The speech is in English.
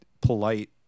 polite